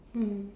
mmhmm